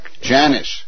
Janice